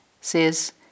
says